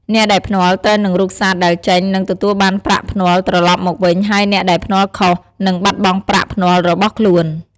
អ្នកដែលភ្នាល់ត្រូវនឹងរូបសត្វដែលចេញនឹងទទួលបានប្រាក់ភ្នាល់ត្រឡប់មកវិញហើយអ្នកដែលភ្នាល់ខុស នឹងបាត់បង់ប្រាក់ភ្នាល់របស់ខ្លួន។